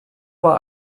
war